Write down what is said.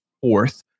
fourth